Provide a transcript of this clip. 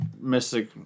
mystic